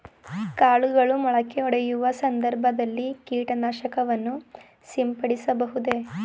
ಕಾಳುಗಳು ಮೊಳಕೆಯೊಡೆಯುವ ಸಂದರ್ಭದಲ್ಲಿ ಕೀಟನಾಶಕವನ್ನು ಸಿಂಪಡಿಸಬಹುದೇ?